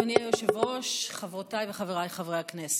אדוני היושב-ראש, חברותיי וחבריי חברי הכנסת,